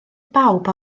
bawb